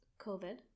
Covid